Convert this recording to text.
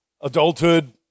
adulthood